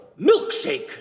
milkshake